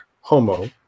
homo